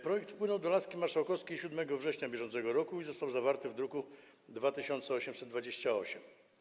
Projekt wpłynął do laski marszałkowskiej 7 września br. i został zawarty w druku nr 2828.